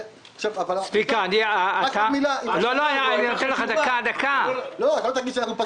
רק אל תגיד שאנחנו פסיביים.